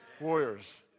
Warriors